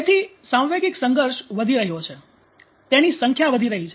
તેથી સાંવેગિક સંઘર્ષ વધી રહ્યો છે તેની સંખ્યા વધી રહી છે